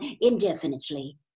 indefinitely